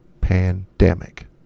pandemic